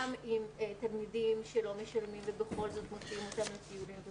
גם עם תלמידים שלא משלמים ובכל זאת מוציאים אותם לטיולים,